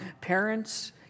Parents